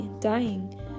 dying